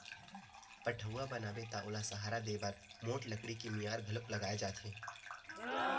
पठउहाँ बनाबे त ओला सहारा देय बर मोठ लकड़ी के मियार घलोक लगाए जाथे